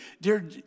Dear